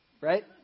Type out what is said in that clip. right